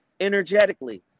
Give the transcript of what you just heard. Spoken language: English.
Energetically